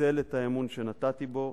ניצל את האמון שנתתי בו,